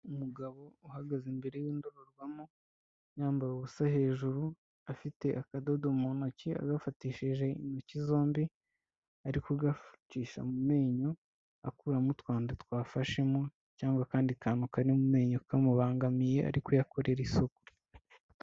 Umugabo uhagaze imbere y'indorerwamo yambaye ubusa hejuru, afite akadodo mu ntoki, agafatishije intoki zombi, ari kugakugacisha mu menyo, akuramo utwanda twafashemo cyangwa akandi kantu kari mu menyo, kamubangamiye ari kuyakorera isuku.